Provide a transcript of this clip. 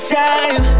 time